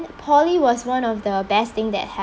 poly was one of the best thing that